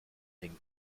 den